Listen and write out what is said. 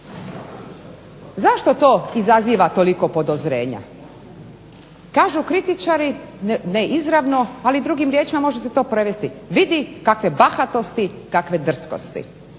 Zašto to izaziva toliko podozrenja? Kažu kritičari, ne izravno ali drugim riječima može se to prevesti, vidi kakve bahatosti, kakve drskosti,